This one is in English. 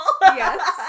Yes